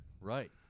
right